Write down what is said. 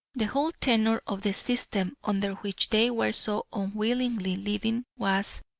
the whole tenor of the system under which they were so unwillingly living was,